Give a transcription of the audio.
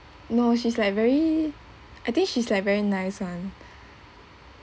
no she's like very I think she's like very nice [one]